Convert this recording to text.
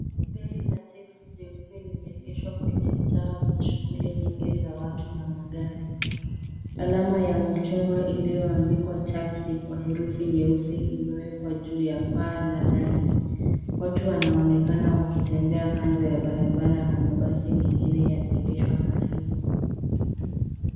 Gari la teksi jeupe lime egeshwa kwenye mtaa wenye shughuli nyingi za watu na magari. Alama ya machungwa iliyo andikwa Taxi kwa herufi nyeusi imewekwa juu ya paa la gari watu wanaonekana wakitembea kando ya barabara na mabasi mengi yame egeshwa karibu.